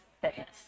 fitness